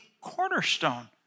cornerstone